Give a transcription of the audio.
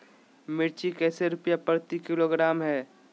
मिर्च कैसे रुपए प्रति किलोग्राम है?